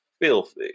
filthy